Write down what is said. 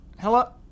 Hello